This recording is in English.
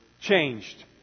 changed